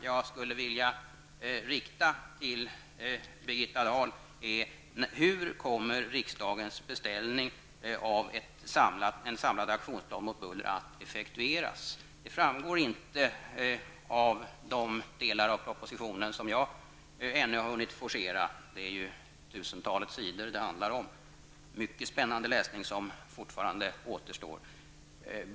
Jag skulle vilja rikta en fråga till Birgitta Dahl. Hur kommer riksdagens beställning av en samlad aktionsplan mot buller att effektueras? Det framgår inte av de delar av propositionen som jag har hunnit forcera -- det handlar ju om tusentals sidor, och mycket spännande läsning återstår fortfarande.